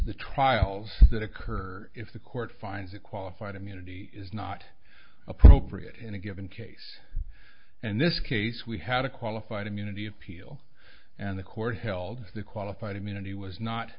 the trials that occur if the court finds a qualified immunity is not appropriate in a given case and this case we had a qualified immunity appeal and the court held the qualified immunity was not